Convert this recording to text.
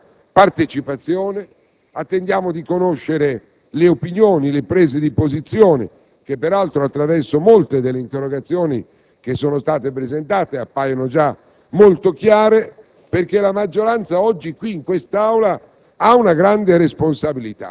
quindi, che questo dibattito si svolga con ampia partecipazione, attendiamo di conoscere le opinioni e le prese di posizione che peraltro, attraverso molte delle interrogazioni che sono state presentate, appaiono già molto chiare,